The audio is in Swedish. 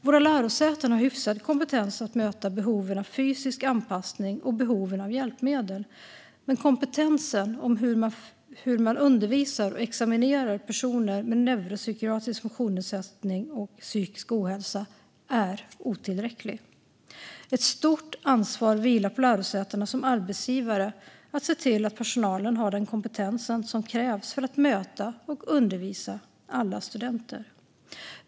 Våra lärosäten har hyfsad kompetens att möta behoven av fysisk anpassning och behoven av hjälpmedel, men kompetensen om hur man undervisar och examinerar personer med neuropsykiatrisk funktionsnedsättning och psykisk ohälsa är otillräcklig. Ett stort ansvar vilar på lärosätena som arbetsgivare att se till att personalen har den kompetens som krävs för att möta och undervisa alla studenter.